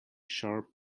sharp